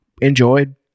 enjoyed